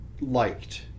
liked